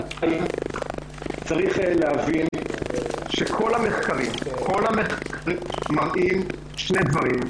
צריך להבין שכל המחקרים מראים שני דברים.